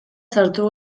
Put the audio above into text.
sartu